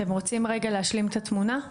אתם רוצים רגע להשלים את התמונה?